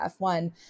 F1